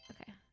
Okay